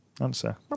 Answer